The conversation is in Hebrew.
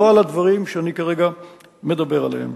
לא לדברים שאני כרגע מדבר עליהם.